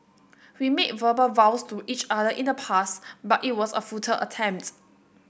we made verbal vows to each other in the past but it was a futile attempts